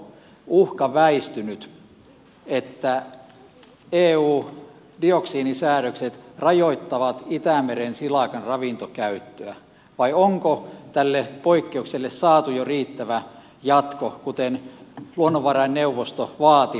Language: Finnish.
onko uhka väistynyt että eun dioksiinisäädökset rajoittavat itämeren silakan ravintokäyttöä vai onko tälle poikkeukselle saatu jo riittävä jatko kuten luonnonvarainneuvosto vaati viimeisinä töinään